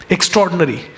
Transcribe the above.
Extraordinary